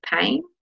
pain